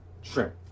Shrimp